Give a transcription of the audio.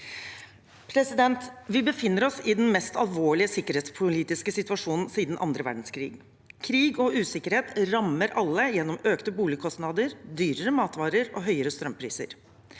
de bor. Vi befinner oss i den mest alvorlige sikkerhetspolitiske situasjonen siden andre verdenskrig. Krig og usikkerhet rammer alle gjennom økte boligkostnader, dyrere matvarer og høyere strømpriser.